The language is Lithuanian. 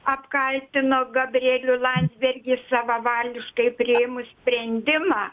apkaltino gabrielių landsbergį savavališkai priėmus sprendimą